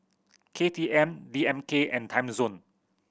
K T M D M K and Timezone